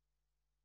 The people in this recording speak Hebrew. לרשותך תעמוד כחצי